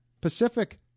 Pacific